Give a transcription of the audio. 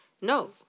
no